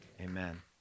Amen